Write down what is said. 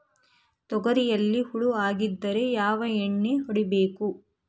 ತೊಗರಿಯಲ್ಲಿ ಹುಳ ಆಗಿದ್ದರೆ ಯಾವ ಎಣ್ಣೆ ಹೊಡಿಬೇಕು?